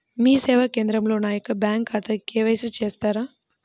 మీ సేవా కేంద్రంలో నా యొక్క బ్యాంకు ఖాతాకి కే.వై.సి చేస్తారా?